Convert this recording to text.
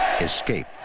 Escape